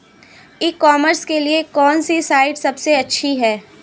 ई commerce के लिए कौनसी साइट सबसे अच्छी है?